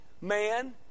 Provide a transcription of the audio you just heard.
man